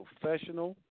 professional